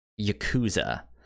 Yakuza